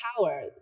power